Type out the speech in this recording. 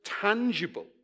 tangible